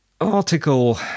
article